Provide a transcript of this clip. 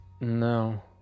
No